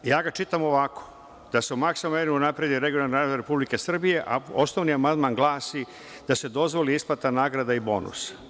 Ja ga čitam ovako – da se maksimalnoj meri unapredi regionalni razvoj Republike Srbije, a osnovni amandman glasi – da se dozvoli isplata nagrada i bonusa.